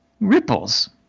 Ripples